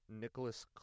Nicholas